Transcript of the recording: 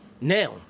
Now